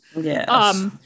Yes